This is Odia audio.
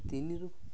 ତିନିରୁ